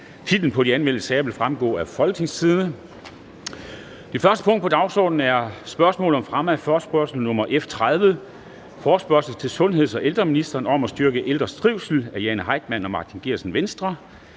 Titler på de anmeldte sager vil fremgå af www.folketingstidende.dk (jf. ovenfor). --- Det første punkt på dagsordenen er: 1) Spørgsmål om fremme af forespørgsel nr. F 30: Forespørgsel til sundheds- og ældreministeren om at styrke ældres trivsel. Af Jane Heitmann (V) og Martin Geertsen (V).